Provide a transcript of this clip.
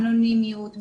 האנונימיות,